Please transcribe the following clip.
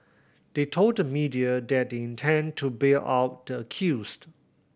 they told the media that they intend to bail out the accused